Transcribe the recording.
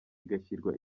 igashyirwa